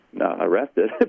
arrested